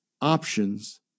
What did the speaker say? options